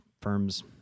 firms